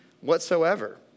whatsoever